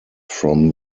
from